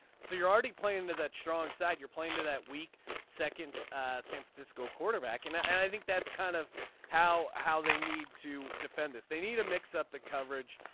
so you're already playing to that strong side you're playing to that weak second san francisco quarterback. and and i think that's kind of how how they need to defend this. they need to mix up the coverage.